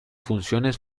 funciones